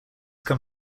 come